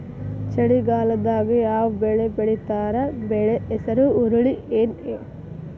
ಚಳಿಗಾಲದಾಗ್ ಯಾವ್ ಬೆಳಿ ಬೆಳಿತಾರ, ಬೆಳಿ ಹೆಸರು ಹುರುಳಿ ಏನ್?